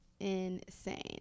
insane